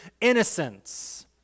innocence